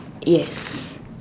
yes